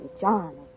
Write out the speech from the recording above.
John